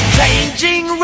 Changing